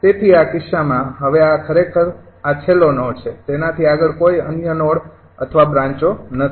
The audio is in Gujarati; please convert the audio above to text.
તેથી આ કિસ્સામાં હવે આ ખરેખર આ છેલ્લો નોડ છે તેનાથી આગળ કોઈ અન્ય નોડ અથવા બ્રાંચો નથી